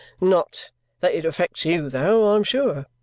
not that it affects you, though, i'm sure,